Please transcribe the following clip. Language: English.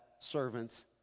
servant's